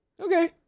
Okay